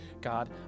God